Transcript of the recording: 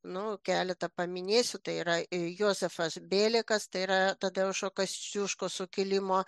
nu keletą paminėsiu tai yra jozefas belekas kas tai yra tadeušo kosciuškos sukilimo